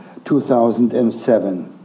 2007